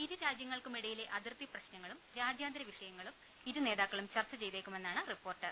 ഇരു രാജ്യങ്ങൾക്കുമിടയിലെ അതിർത്തി പ്രശ്ന ങ്ങളും രാജ്യാന്തര വിഷയങ്ങളും ഇരുനേതാക്കളും ചർച്ചചെ യ്തേക്കുമെന്നാണ് റിപ്പോർട്ട്